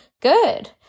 good